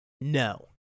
no